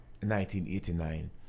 1989